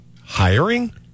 hiring